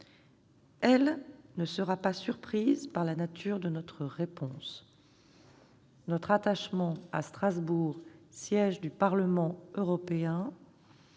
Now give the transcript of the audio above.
Elle ne sera pas surprise par la nature de notre réponse. Notre attachement à Strasbourg, siège du Parlement européen,